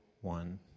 one